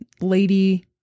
lady